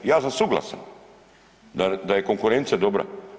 Ja sam suglasan da je konkurencija dobra.